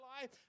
life